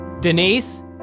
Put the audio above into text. Denise